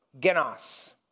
genos